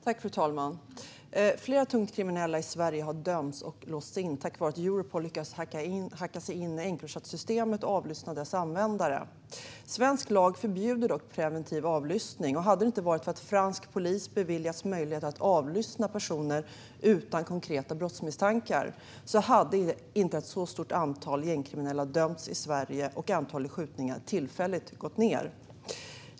Fru talman! Flera tungt kriminella i Sverige har dömts och låsts in tack vare att Europol har lyckats hacka sig in i Encrochatsystemet och avlyssna dess användare. Svensk lag förbjuder dock preventiv avlyssning. Hade det inte varit för att fransk polis beviljats möjlighet att avlyssna personer utan konkreta brottsmisstankar hade inte ett så stort antal gängkriminella dömts i Sverige och antalet skjutningar tillfälligt gått ned.